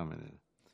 גם לא.